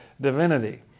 divinity